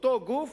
אותו גוף